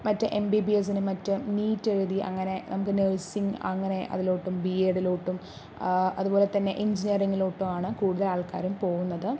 മറ്റേ M B B എസ്സിനും മറ്റും നീറ്റ് എഴുതി അങ്ങനെ നമുക്ക് നേഴ്സിംഗ് അങ്ങനെ അതിലോട്ടും ബി എഡിലോട്ടും അതുപോലെ തന്നെ എഞ്ചിനിയറിംഗിലോട്ടും ആണ് കൂടുതല് ആള്ക്കാരും പോകുന്നത്